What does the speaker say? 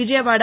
Vijayawada